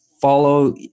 follow